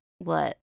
let